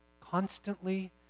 constantly